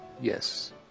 Yes